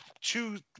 choose